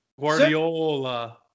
Guardiola